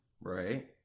Right